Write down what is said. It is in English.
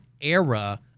era